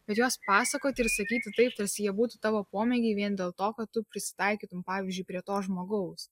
bet juos pasakoti ir sakyti taip tarsi jie būtų tavo pomėgiai vien dėl to kad tu prisitaikytum pavyzdžiui prie to žmogaus